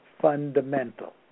fundamental